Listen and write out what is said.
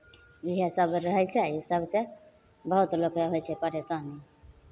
इएहसभ रहै छै ई सभसँ बहुत लोककेँ होइ छै परेशानी